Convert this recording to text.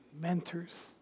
Mentors